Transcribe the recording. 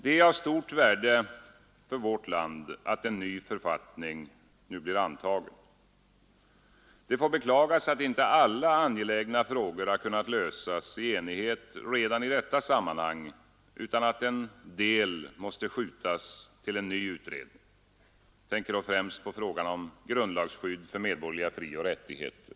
Det är av stort värde för vårt land att en ny författning nu blir antagen. Det får beklagas att inte alla angelägna frågor kunnat lösas i enighet redan i detta sammanhang utan att en del måste skjutas till ny utredning. Jag tänker då främst på frågan om grundlagsskydd för medborgerliga frioch rättigheter.